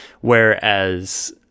whereas